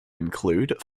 include